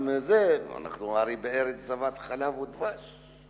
אנחנו הרי בארץ זבת חלב ודבש.